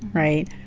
right,